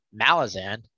Malazan